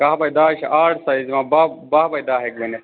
کَہہ بَے دَہ ہَے چھِ آڑ سایز یِوان بہہ بہہ بَے دَہ ہیٚکہِ بٔنِتھ